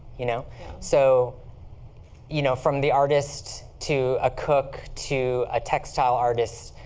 you know so you know from the artist to a cook to a textile artist.